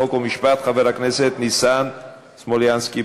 חוק ומשפט חבר הכנסת ניסן סלומינסקי.